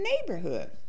neighborhood